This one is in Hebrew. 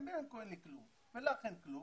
בין כה אין לי כלום ולך אין כלום,